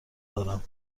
دارم